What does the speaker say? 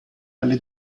alle